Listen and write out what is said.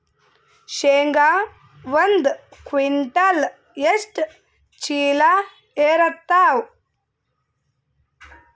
ಶೇಂಗಾ ಒಂದ ಕ್ವಿಂಟಾಲ್ ಎಷ್ಟ ಚೀಲ ಎರತ್ತಾವಾ?